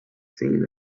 seen